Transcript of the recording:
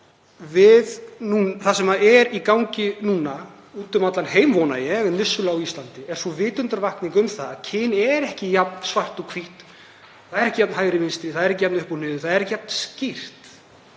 það sem er í gangi núna úti um allan heim, vona ég, en vissulega á Íslandi, er vitundarvakning um að kyn er ekki jafn svart og hvítt, það er ekki jafn hægri vinstri, það er ekki jafn mikið upp og niður, það er ekki jafn skýrt